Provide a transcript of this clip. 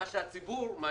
דיברו על הכול חוץ מהתקציב.